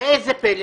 וראה זה פלא,